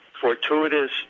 fortuitous